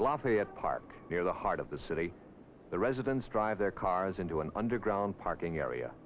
lafayette park the heart of the city the residents drive their cars into an underground parking area